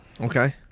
Okay